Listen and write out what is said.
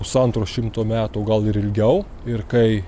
pusantro šimto metų gal ir ilgiau ir kai